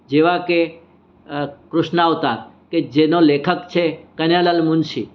જેવા કે કૃષ્ણાવતાર કે જેનો લેખક છે કનૈયાલાલ મુનશી